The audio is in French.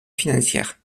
financière